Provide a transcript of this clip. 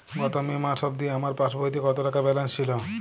গত মে মাস অবধি আমার পাসবইতে কত টাকা ব্যালেন্স ছিল?